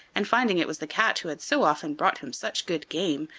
and, finding it was the cat who had so often brought him such good game,